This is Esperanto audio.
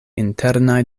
internaj